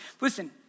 Listen